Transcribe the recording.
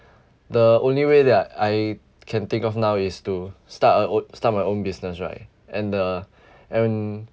the only way that I can think of now is to start a ow~ start my own business right and the and